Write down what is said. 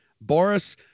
Boris